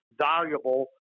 valuable